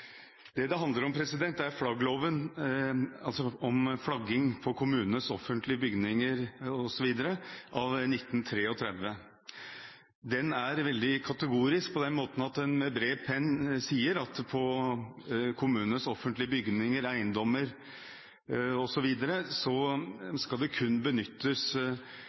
Det det handler om, er lov om flagging på kommunenes offentlige bygninger av 1933. Den er veldig kategorisk på den måten at en med bred penn sier at på kommunenes offentlige bygninger, eiendommer osv. skal det kun benyttes